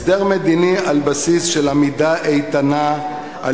הסדר מדיני על בסיס של עמידה איתנה על